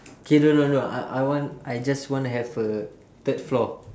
K no no no I I want I just wanna have a third floor